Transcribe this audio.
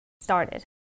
started